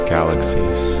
galaxies